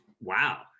Wow